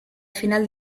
final